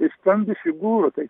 tai stambi figūra tai